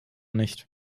nicht